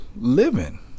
living